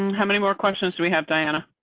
how many more questions do we have diana?